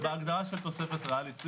זה בהגדרה של תוספת ריאלית.